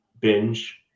binge